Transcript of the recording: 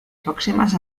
próximas